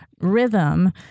rhythm